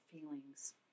feelings